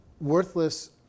worthless